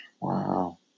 Wow